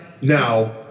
Now